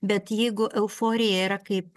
bet jeigu euforija yra kaip